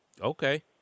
okay